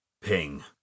ping